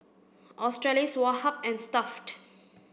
Australis Woh Hup and Stuff'd